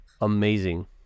amazing